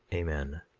amen.